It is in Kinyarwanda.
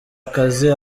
akazi